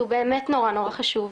הוא באמת נורא חשוב.